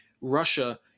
Russia